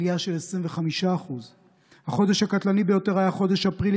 עלייה של 25%. החודש הקטלני ביותר היה חודש אפריל,